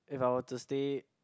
if I were to stay